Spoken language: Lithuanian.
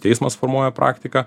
teismas formuoja praktiką